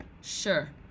Sure